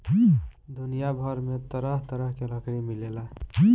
दुनिया भर में तरह तरह के लकड़ी मिलेला